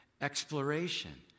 exploration